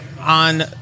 on